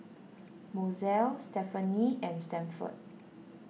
Mozelle Stephenie and Stafford